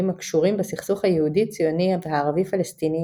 הקשורים בסכסוך היהודי-ציוני הערבי-פלסטיני,